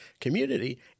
community